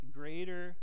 greater